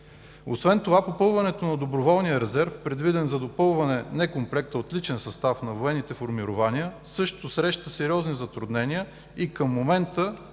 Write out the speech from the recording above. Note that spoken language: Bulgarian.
Освен това попълването на доброволния резерв, предвиден за допълване некомплекта от личен състав на военните формирования, също среща сериозни затруднения и към момента